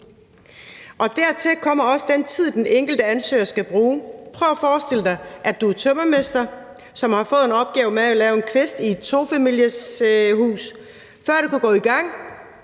Dertil kommer også den tid, den enkelte ansøger skal bruge. Prøv at forestille dig, at du er en tømrermester, som har fået en opgave med at lave en kvist i et tofamilieshus; før du kan gå i gang,